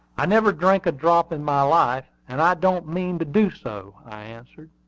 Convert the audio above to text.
i never drank a drop in my life, and i don't mean to do so, i answered.